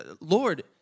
Lord